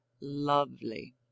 lovely